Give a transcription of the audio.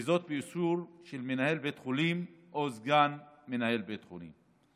וזאת באישור של מנהל בית חולים או סגן מנהל בית החולים.